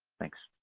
thanks